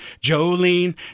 Jolene